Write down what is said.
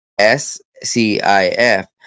SCIF